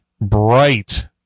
bright